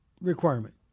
requirement